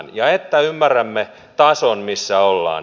ja jotta ymmärrämme tason missä ollaan